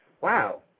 wow